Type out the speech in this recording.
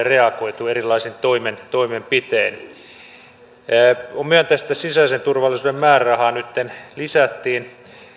reagoitu erilaisin toimenpitein on myönteistä että sisäisen turvallisuuden määrärahaa nytten lisättiin